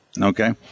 okay